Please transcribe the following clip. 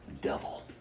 Devil